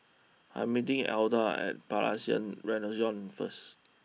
I am meeting Etha at Palais Renaissance first